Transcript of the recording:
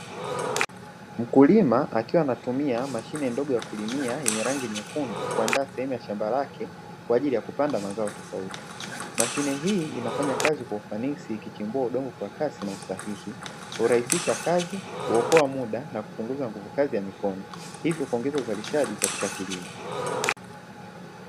Mkulima akiwa anatumia mashine ndogo ya kulimia yenye rangi nyekundu, kuandaa sehemu ya shamba lake kwa ajili ya kupanda mazao tofauti. Mashine hii inafanya kazi kwa ufanisi, ikichimbua udongo kwa kasi na usahihi, hurahisisha kazi, huokoa muda na kupunguza nguvu kazi, hivyo kuongeza uzalishaji katika kilimo.